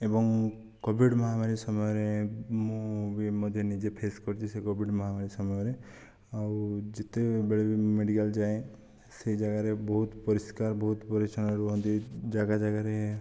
ଏବଂ କୋଭିଡ଼୍ ମହାମାରୀ ସମୟରେ ମୁଁ ବି ମଧ୍ୟ ନିଜେ ଫେସ୍ କରିଛି ସେ କୋଭିଡ଼୍ ମହାମାରୀ ସମୟରେ ଆଉ ଯେତେବେଳେ ବି ମୁଁ ମେଡ଼ିକାଲ୍ ଯାଏ ସେହି ଜାଗାରେ ବହୁତ ପରିଷ୍କାର ବହୁତ ପରିଚ୍ଛନ୍ନରେ ରୁହନ୍ତି ଜାଗା ଜାଗାରେ